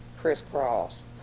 crisscross